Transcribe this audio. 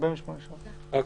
אוקיי.